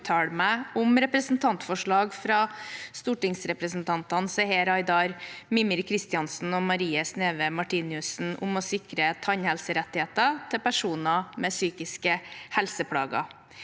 om representantforslag fra stortingsrepresentantene Seher Aydar, Mímir Kristjánsson og Marie Sneve Martinussen om å sikre tannhelserettigheter til personer med psykiske helseplager.